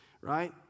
right